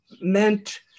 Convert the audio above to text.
meant